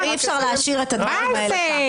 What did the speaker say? מה זה?